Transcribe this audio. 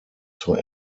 zur